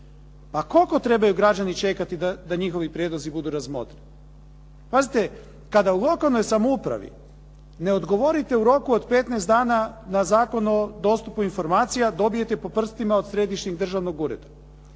A koliko trebaju građani čekati da njihovi prijedlozi budu razmotreni? Pazite, kada u lokalnoj samoupravi ne odgovorite u roku od 15 dana na zakon o dostupu informacija dobijete po prstima od Središnjeg državnog ureda.